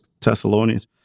Thessalonians